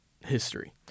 history